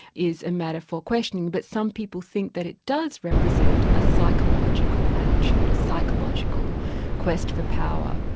is a matter for question. but some people think that it does represent a psychological attitude, a psychological quest for power.